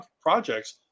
projects